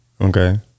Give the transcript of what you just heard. Okay